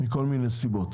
מכל מיני סיבות.